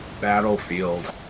battlefield